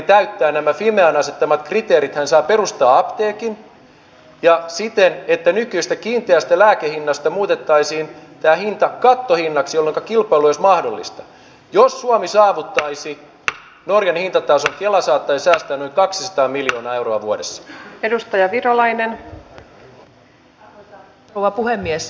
tuossa vähän aikaisemmin edustaja saarakkala ilmaisi itseään sillä tavalla että ovista ja ikkunoista tulee pakolaisia ja suurin piirtein niin että sen takia olemme tässä vaikeassa tilanteessa ja sen takia hallitus joutuu tekemään näin kipeitä leikkauspäätöksiä